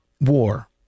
war